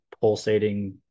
pulsating